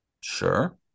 Sure